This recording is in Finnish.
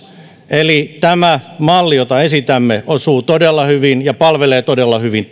eli tämä malli jota esitämme osuu todella hyvin ja palvelee todella hyvin